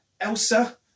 Elsa